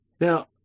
now